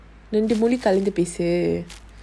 ரெண்டுமணிக்குகலந்துபேசு:rendu maniku kalanthu pesu